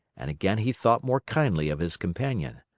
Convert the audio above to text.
and again he thought more kindly of his companion.